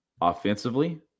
offensively